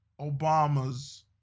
Obama's